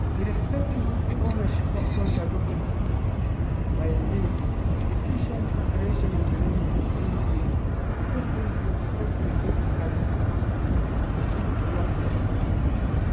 irrespective of the ownership approach adopted by the mini grid, the efficient operation and management of mini grids coupled with cost reflective tariffs is key to long term sustainability.